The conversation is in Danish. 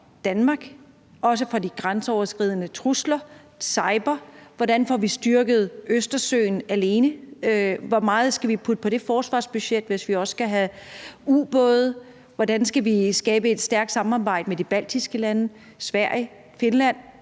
Danmark, også fra de grænseoverskridende trusler som cyber? Hvordan får vi styrket Østersøen alene? Hvor meget skal vi putte på forsvarsbudgettet, hvis vi også skal have ubåde? Hvordan skal vi skabe et stærkt samarbejde med de baltiske lande, Sverige, Finland,